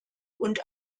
und